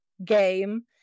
game